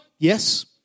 Yes